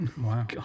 Wow